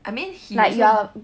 I mean he also